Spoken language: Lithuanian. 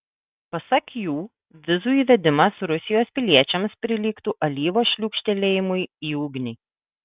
pasak jų vizų įvedimas rusijos piliečiams prilygtų alyvos šliūkštelėjimui į ugnį